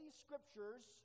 scriptures